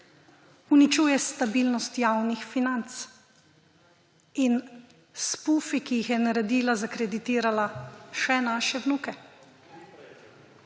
uničuje stabilnost javnih financ in s pufi, ki jih je naredila, zakreditirala še naše vnuke.